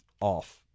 off